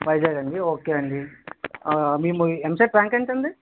వైజాగ్ అండి ఓకే అండి మీ ఎంసెట్ ర్యాంక్ ఎంతండి